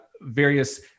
various